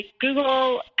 Google